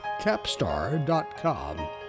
Capstar.com